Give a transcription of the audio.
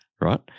right